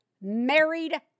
married